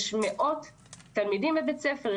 יש מאות תלמידים בבית ספר,